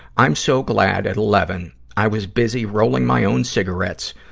i'm so glad at eleven, i was busy rolling my own cigarettes,